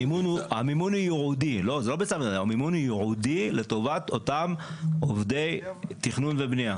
המימון הוא ירודי לטובת אותם עובדי תכנון ובנייה.